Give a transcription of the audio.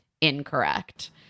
incorrect